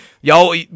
Y'all